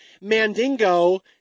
Mandingo